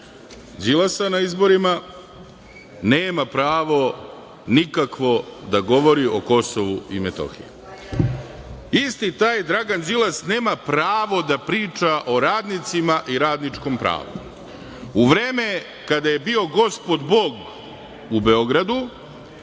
Đilasa na izborima, nema pravo nikakvo da govori o Kosovu i Metohiji. Isti taj Dragan Đilas nema pravo da priča o radnicima i radničkom pravu. U vreme kada je bio gospod bog u Beogradu,